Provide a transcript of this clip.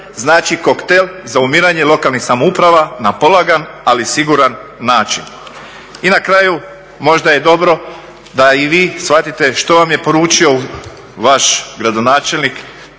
znači koktel za umirenja lokalnih samouprava na polagan, ali siguran način. I na kraju, možda je dobro da i vi shvatite što vam je poručio vaš gradonačelnik